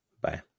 Bye